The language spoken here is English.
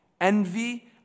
envy